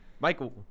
Michael